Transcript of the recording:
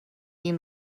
این